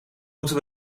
moeten